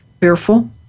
fearful